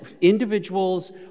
individuals